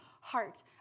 heart